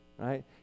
right